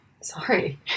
Sorry